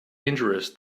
injurious